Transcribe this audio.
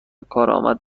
کارآمد